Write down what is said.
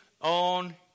on